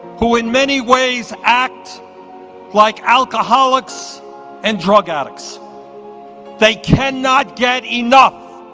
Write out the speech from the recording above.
who in many ways act like alcoholics and drug addicts they cannot get enough